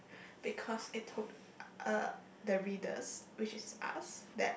because it took uh the readers which is us that